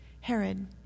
Herod